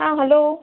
आं हॅलो